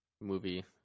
movie